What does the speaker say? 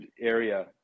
area